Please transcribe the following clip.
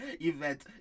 event